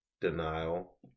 denial